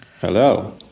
Hello